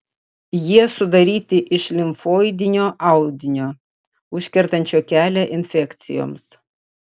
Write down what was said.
jie sudaryti iš limfoidinio audinio užkertančio kelią infekcijoms